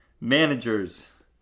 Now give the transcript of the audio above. Managers